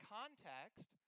context